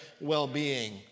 well-being